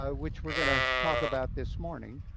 ah which we're going to talk about this morning,